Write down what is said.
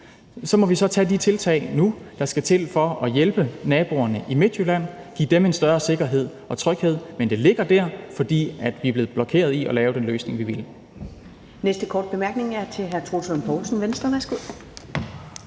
så må vi tage de tiltag nu, der skal til for at hjælpe naboerne i Midtjylland, give dem en større sikkerhed og tryghed, men det ligger der, fordi vi er blevet blokeret i at lave den løsning, vi ville.